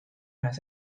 has